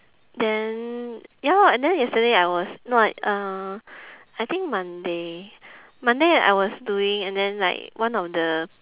then ya lor and then yesterday I was no I uh I think monday monday I was doing and then like one of the